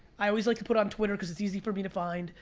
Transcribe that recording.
i always like to put on twitter, cause it's easy for me to find,